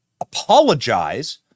apologize